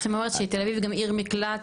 זאת אומרת שתל אביב עיר מקלט,